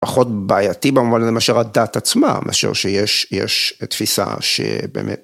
פחות בעייתי במובן הזה מאשר הדת עצמה, מאשר שיש תפיסה שבאמת